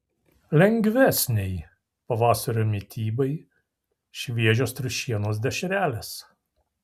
lengvesnei pavasario mitybai šviežios triušienos dešrelės